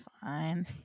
fine